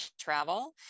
travel